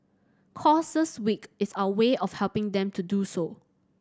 causes week is our way of helping them do so